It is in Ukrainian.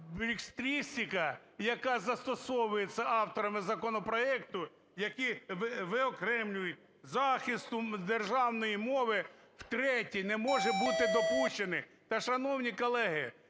белетристика, яка застосовується авторами законопроекту, які виокремлюють "захисту державної мови" втретє, не може бути допущена. Та шановні колеги,